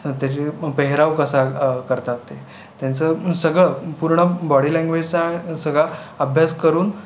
त्याची पेहराव कसा करतात ते त्यांचं सगळं पूर्ण बॉडी लँग्वेजचा सगळा अभ्यास करून